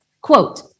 Quote